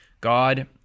God